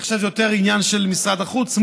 אני חושב שזה יותר עניין של משרד החוץ,